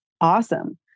awesome